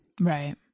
Right